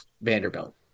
Vanderbilt